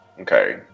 okay